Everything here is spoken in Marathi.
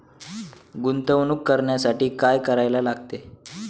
गुंतवणूक करण्यासाठी काय करायला लागते?